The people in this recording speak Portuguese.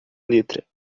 letra